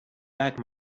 back